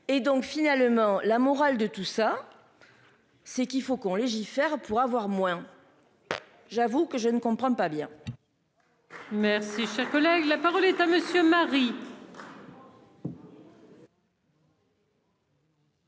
et donc finalement la morale de tout ça. C'est qu'il faut qu'on légifère pour avoir moins. J'avoue que je ne comprends pas bien. Merci, cher collègue, la parole est à monsieur Marie.